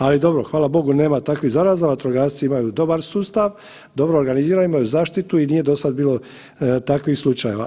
Ali dobro, hvala Bogu nema takvih zaraza, vatrogasci imaju sustav, dobro organiziran, imaju zaštitu i nije do sada bilo takvih slučajeva.